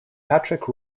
patrick